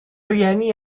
rhieni